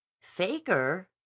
Faker